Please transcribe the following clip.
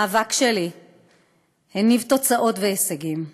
המאבק שלי הניב תוצאות והישגים.